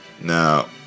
Now